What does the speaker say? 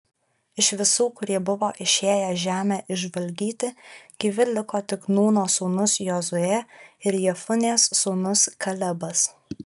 iš visų kurie buvo išėję žemę išžvalgyti gyvi liko tik nūno sūnus jozuė ir jefunės sūnus kalebas